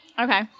Okay